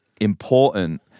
important